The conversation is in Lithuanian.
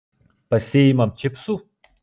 pasiimam čipsų